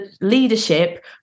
leadership